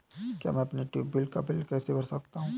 मैं अपने ट्यूबवेल का बिल कैसे भर सकता हूँ?